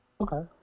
Okay